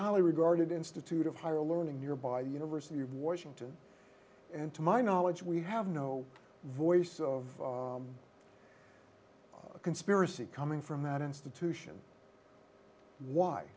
highly regarded institute of higher learning nearby university of washington and to my knowledge we have no voice of a conspiracy coming from that institution